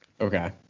Okay